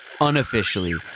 Unofficially